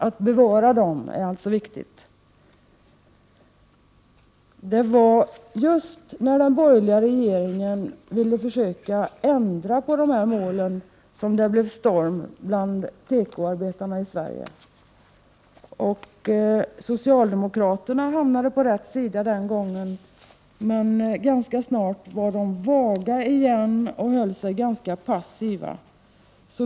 Att bevara målen är alltså viktigt. Just när den borgerliga regeringen ville ändra på dessa mål blev det storm bland tekoarbetarna i Sverige. Socialdemokraterna hamnade den gången på rätt sida i debatten, men ganska snart uttryckte de sig mer vagt och förhöll sig mer passiva.